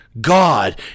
God